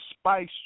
spice